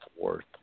worth